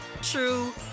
true